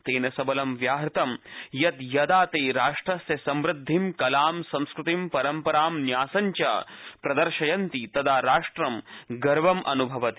तेन सबलं व्याहृतं यत् यदा ते राष्ट्रस्य समृद्धिं कलां संस्कृति परम्परां न्यासञ्च प्रदर्शनयन्ति तदा राष्ट्र गर्वम् अन्भवति